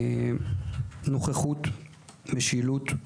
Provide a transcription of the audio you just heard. נוכחות, משילות,